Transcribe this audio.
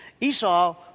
Esau